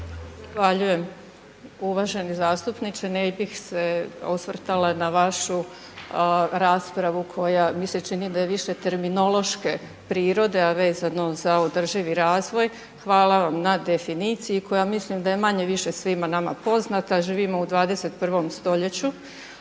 hvala vam na definiciji koja mislim da je manje-više svima nama poznata, živimo u 21. stoljeću,